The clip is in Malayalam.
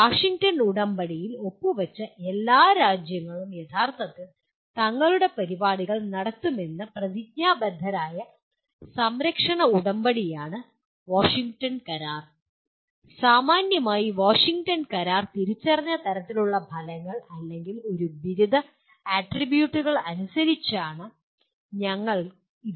വാഷിംഗ്ടൺ ഉടമ്പടിയിൽ ഒപ്പുവെച്ച എല്ലാ രാജ്യങ്ങളും യഥാർത്ഥത്തിൽ തങ്ങളുടെ പരിപാടികൾ നടത്തുമെന്ന് പ്രതിജ്ഞാബദ്ധരായ സംരക്ഷണ ഉടമ്പടിയാണ് വാഷിംഗ്ടൺ കരാർ സാമാന്യമായി വാഷിംഗ്ടൺ കരാർ തിരിച്ചറിഞ്ഞ തരത്തിലുള്ള ഫലങ്ങൾ അല്ലെങ്കിൽ ഒരു ബിരുദ ആട്രിബ്യൂട്ടുകൾ അനുസരിച്ചാണ് ഇത്